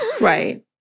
Right